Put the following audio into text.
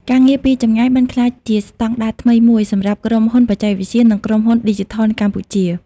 ការងារពីចម្ងាយបានក្លាយជាស្តង់ដារថ្មីមួយសម្រាប់ក្រុមហ៊ុនបច្ចេកវិទ្យា និងក្រុមហ៊ុនឌីជីថលនៅកម្ពុជា។